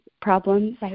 problems